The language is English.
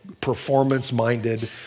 performance-minded